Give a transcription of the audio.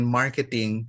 marketing